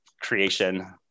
creation